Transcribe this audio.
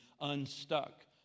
unstuck